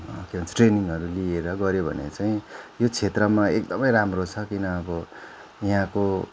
के भन्छ ट्रेनिङहरू लिएर गऱ्यो भने चाहिँ यो क्षेत्रमा एकदमै राम्रो छ किन अब यहाँको